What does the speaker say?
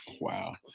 Wow